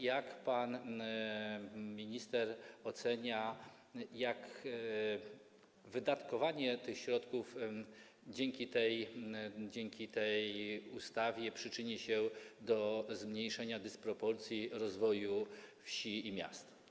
Jak pan minister ocenia, jak wydatkowanie tych środków dzięki tej ustawie przyczyni się do zmniejszenia dysproporcji w rozwoju wsi i miast?